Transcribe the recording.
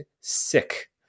sick